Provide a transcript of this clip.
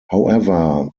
however